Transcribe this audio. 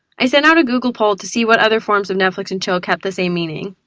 i sent out a google poll to see what other forms of netflix and chill kept the same meaning.